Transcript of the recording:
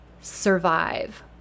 survive